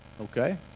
okay